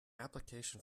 application